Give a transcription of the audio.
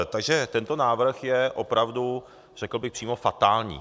Takže tento návrh je opravdu, řekl bych, přímo fatální.